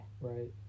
right